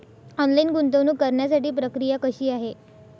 Online गुंतवणूक करण्यासाठी प्रक्रिया कशी आहे?